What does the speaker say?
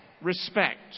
respect